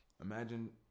Imagine